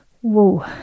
whoa